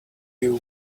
you